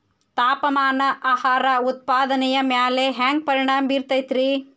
ತಾಪಮಾನ ಆಹಾರ ಉತ್ಪಾದನೆಯ ಮ್ಯಾಲೆ ಹ್ಯಾಂಗ ಪರಿಣಾಮ ಬೇರುತೈತ ರೇ?